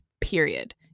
period